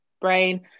brain